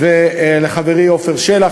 ולחברי עפר שלח,